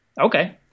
Okay